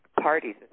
parties